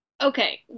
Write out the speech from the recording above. Okay